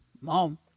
mom